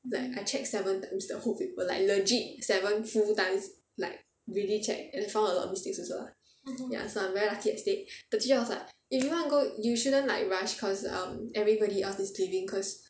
like I check seven times the whole paper like legit seven full times like really check then I found out I got a lot of mistakes also lah so I'm very lucky I stayed the teacher was like if you wanna go you shouldn't like rush cause um everybody else is leaving cause